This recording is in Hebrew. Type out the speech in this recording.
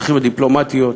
הדרכים הדיפלומטיות.